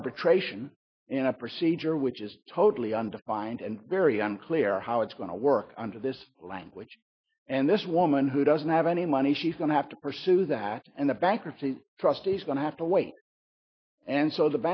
arbitration in a procedure which is totally undefined and very unclear how it's going to work under this language and this woman who doesn't have any money she's going to have to pursue that and the bankruptcy trustee is going to have to wait and so the